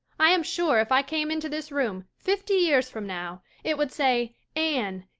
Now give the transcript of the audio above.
i am sure if i came into this room fifty years from now it would say anne,